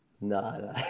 No